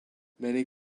many